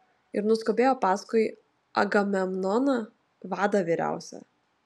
ir nuskubėjo paskui agamemnoną vadą vyriausią